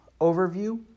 overview